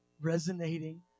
Resonating